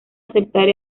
aceptar